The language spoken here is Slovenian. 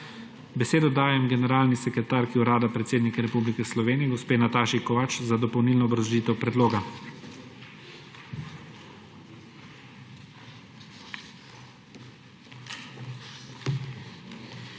Besedo dajem generalni sekretarki Urada predsednika Republike Slovenije gospe Nataši Kovač za dopolnilno obrazložitev predloga.